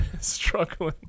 struggling